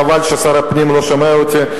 חבל ששר הפנים לא שומע אותי.